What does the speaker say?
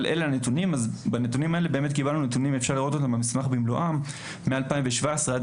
את הנתונים שקיבלנו, מ-2017 עד